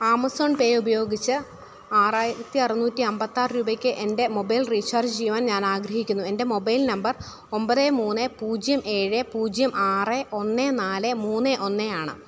Amazon pay ഉപയോഗിച്ച് ആറായിരത്തി അറുന്നൂറ്റി അന്പത്തിയാറ് രൂപയ്ക്ക് എൻ്റെ മൊബൈൽ റീചാർജ് ചെയ്യുവാൻ ഞാൻ ആഗ്രഹിക്കുന്നു എൻ്റെ മൊബൈൽ നമ്പർ ഒമ്പത് മുന്ന് പൂജ്യം ഏഴ് പൂജ്യം ആറ് ഒന്ന് നാല് മൂന്ന് ഒന്ന് ആണ്